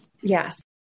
Yes